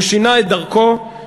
הוא שינה את דרכו.